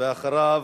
אחריו,